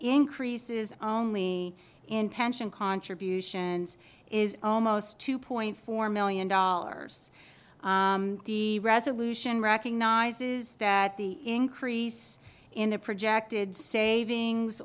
increases only in pension contributions is almost two point four million dollars the resolution recognizes that the increase in the projected savings